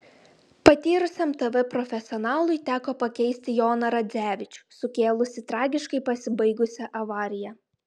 patyrusiam tv profesionalui teko pakeisti joną radzevičių sukėlusį tragiškai pasibaigusią avariją